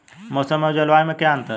मौसम और जलवायु में क्या अंतर?